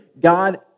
God